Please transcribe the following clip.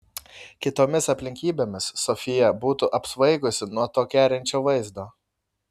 kitomis aplinkybėmis sofija būtų apsvaigusi nuo to kerinčio vaizdo